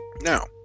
Now